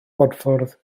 bodffordd